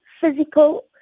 physical